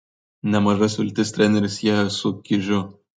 nemažas viltis treneris sieja su kižiu